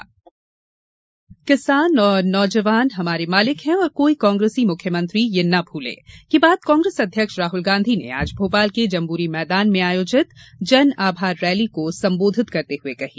bite प्रधानमंत्री राहल जनआभार किसान और नौजवान हमारे मालिक हैं और कोई कांग्रेसी मुख्यमंत्री यह ना भूले यह बात कांग्रेस अध्यक्ष राहल गांधी ने आज भोपाल के जंब्री मैदान में आयोजित जनआभार रैली को संबोधित करते हये कही